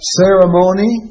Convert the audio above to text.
ceremony